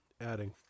Adding